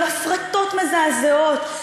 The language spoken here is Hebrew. על הפרטות מזעזעות,